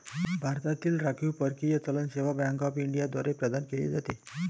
भारतातील राखीव परकीय चलन सेवा बँक ऑफ इंडिया द्वारे प्रदान केले जाते